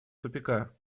тупика